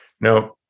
Now